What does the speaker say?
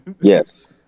Yes